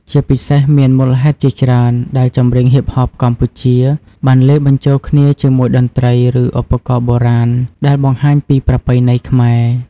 ជាពិសេសមានមូលហេតុជាច្រើនដែលចម្រៀងហ៊ីបហបកម្ពុជា បានលាយបញ្ចូលគ្នាជាមួយតន្ត្រីឬឧបករណ៍បុរាណដែលបង្ហាញពីប្រពៃណីខ្មែរ។